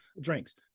drinks